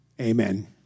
Amen